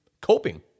coping